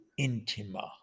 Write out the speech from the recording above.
intima